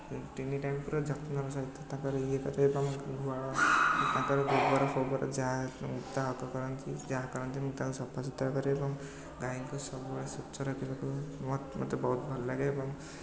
ତିନି ଟାଇମ୍ ପୁରା ଯତ୍ନର ସହିତ ତାଙ୍କର ଇଏ କରେ ଏବଂ ଗୁହାଳ ଓ ତାଙ୍କର ଗୋବର ଫୋବୋର ଯାହାତାହା ଆଗ କରନ୍ତି ଯାହା କରନ୍ତି ମୁଁ ତାକୁ ସଫାସୁତୁରା କରେ ଏବଂ ଗାଈଙ୍କୁ ସବୁବେଳେ ସ୍ୱଚ୍ଛ ରଖିବାକୁ ମୋତେ ବହୁତ ଭଲ ଲାଗେ ଏବଂ